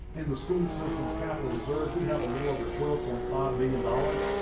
in the school systems capital reserve, we have a little over twelve point five billion dollars.